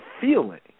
feeling